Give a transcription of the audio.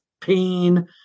pain